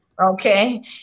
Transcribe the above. Okay